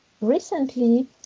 recently